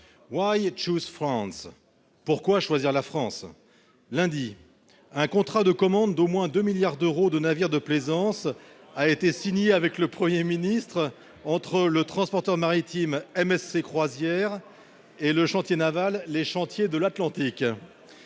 mes chers collègues, ? Pourquoi choisir la France ? Lundi dernier, un contrat de commande d'au moins 2 milliards d'euros de navires de plaisance a été signé avec le Premier ministre entre le transporteur maritime MSC Croisières et les Chantiers de l'Atlantique.